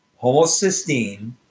Homocysteine